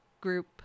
group